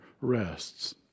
rests